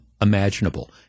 imaginable